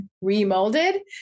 remolded